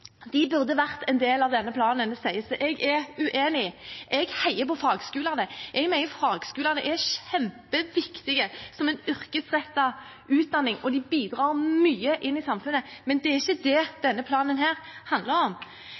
de burde vært en del av denne planen, sies det. Jeg er uenig. Jeg heier på fagskolene, jeg mener fagskolene er kjempeviktige som en yrkesrettet utdanning, og de bidrar mye inn i samfunnet, men det er ikke det denne planen handler om.